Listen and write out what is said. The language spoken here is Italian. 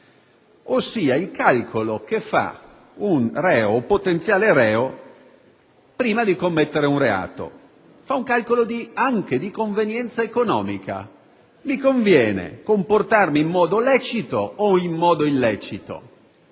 ossia il calcolo che compie un reo, o potenziale reo, prima di commettere un reato. Egli fa un calcolo anche di convenienza economica: mi conviene comportarmi in modo lecito o illecito?